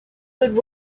would